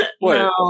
No